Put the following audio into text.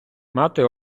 мати